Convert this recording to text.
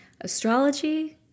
Astrology